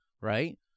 right